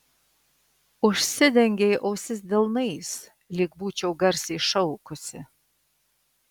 užsidengei ausis delnais lyg būčiau garsiai šaukusi